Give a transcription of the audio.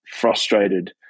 frustrated